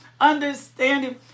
understanding